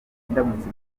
ndamutse